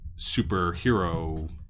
superhero